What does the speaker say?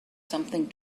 something